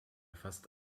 fast